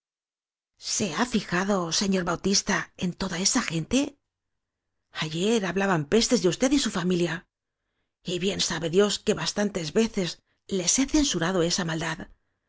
se ha fijado señor bautista en toda esta gente ayer hablaban pestes de usted y su familia y bien sabe dios que bastan tes veces les he censurado esa maldad